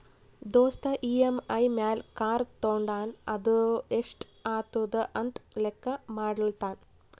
ದೋಸ್ತ್ ಇ.ಎಮ್.ಐ ಮ್ಯಾಲ್ ಕಾರ್ ತೊಂಡಾನ ಅದು ಎಸ್ಟ್ ಆತುದ ಅಂತ್ ಲೆಕ್ಕಾ ಮಾಡ್ಲತಾನ್